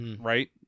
Right